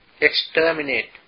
exterminate